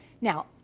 Now